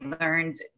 learned